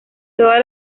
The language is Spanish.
todas